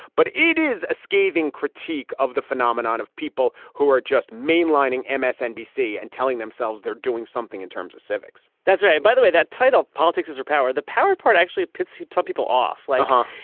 but it is a scathing critique of the phenomenon of people who are just mainlining msnbc and telling themselves they're doing something in terms of civics that's right. by the way, that titled politics is power, the power part actually puts some people off. like huh?